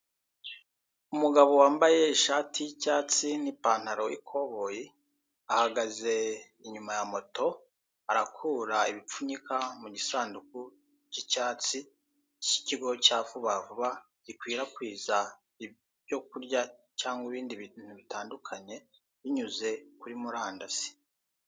Umugabo wambaye ishati y'icyatsi n'ipantaro y'ikoboyi ahagaze inyuma ya moto arakura ibipfunyika mu gisanduku k'icyatsi k'ikigo cya Vuba vuba gikwirakwiza ibyo kurya cyangwa ibindi bintu bitandukanye binyuze kuri murandasi.